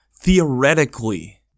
theoretically